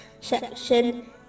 section